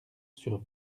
sur